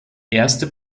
erste